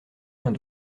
vingt